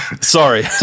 sorry